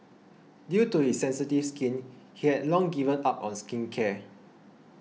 due to his sensitive skin he had long given up on skincare